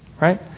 right